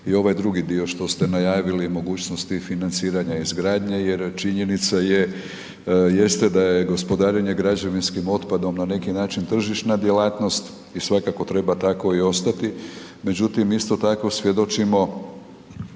i ovaj drugi dio što ste najavili mogućnosti financiranja izgradnje, jer činjenica jeste da je gospodarenje građevinskim otpadom na neki način tržišna djelatnost i svakako treba tako i ostati. Međutim isto tako svjedočimo